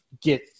get